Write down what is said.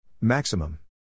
Maximum